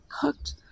cooked